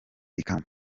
ikamba